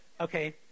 Okay